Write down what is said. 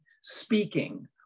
speaking